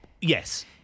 Yes